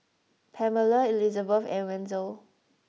Pamella Elisabeth and Wenzel